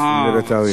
בשים לב לתאריך.